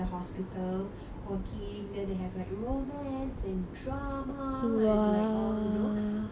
the working then they have like romance and drama I like all you know all that